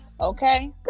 okay